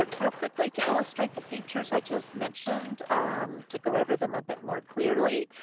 ah real quickly to illustrate the features i just mentioned to go over them a bit more clearly,